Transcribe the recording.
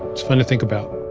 it's fun to think about